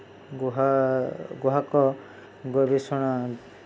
ଗୁହା ଗୁହାକ ଗବେଷଣା